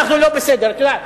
אנחנו לא בסדר, את יודעת.